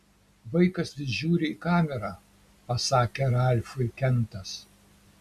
vaikas vis žiūri į kamerą pasakė ralfui kentas